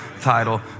title